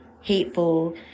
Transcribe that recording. hateful